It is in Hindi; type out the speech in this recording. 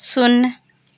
शून्य